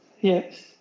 Yes